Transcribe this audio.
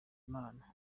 imana